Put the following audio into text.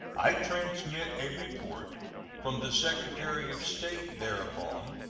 i transmit a report from the secretary of state thereupon,